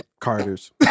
Carter's